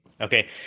Okay